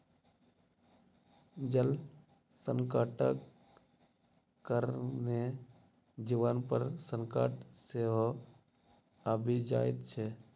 जल संकटक कारणेँ जीवन पर संकट सेहो आबि जाइत छै